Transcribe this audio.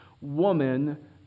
Woman